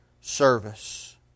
service